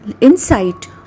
insight